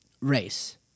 race